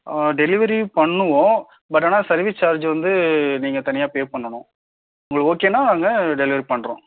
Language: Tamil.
டெலிவரி பண்ணுவோம் பட் ஆனால் சர்வீஸ் சார்ஜ் வந்து நீங்கள் தனியாக பே பண்ணன்னு உங்களுக்கு ஓகேனா நாங்கள் டெலிவரி பண்ணுறோம்